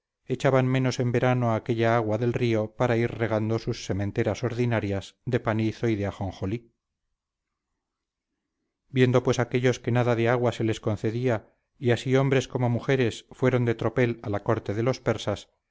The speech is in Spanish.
echaban menos en verano aquella agua del río para ir regando sus sementeras ordinarias de panizo y de ajonjolí viendo pues aquellos que nada de agua se les concedía y así hombres como mujeres fueron de tropel a la corte de los persas